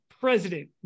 President